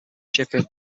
shipping